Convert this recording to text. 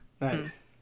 Nice